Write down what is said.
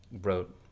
wrote